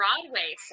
Broadway